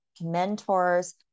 mentors